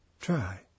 Try